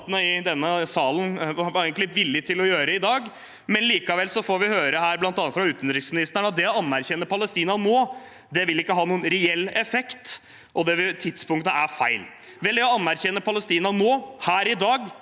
i denne salen egentlig var villige til å gjøre i dag. Likevel får vi høre, bl.a. fra utenriksministeren, at det å anerkjenne Palestina nå ikke vil ha noen reell effekt, og at tidspunktet er feil. Vel, jeg anerkjenner Palestina nå, her i dag.